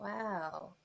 wow